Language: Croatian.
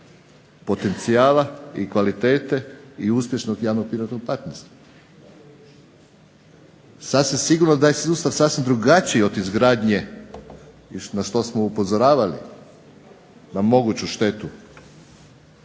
potencijala i kvalitete i uspješnog javnog privatnog partnerstva. Sasvim sigurno da je sustav sasvim drugačiji od izgradnje na što smo upozoravali, na moguću štetu